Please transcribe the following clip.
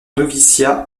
noviciat